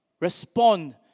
Respond